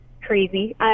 crazy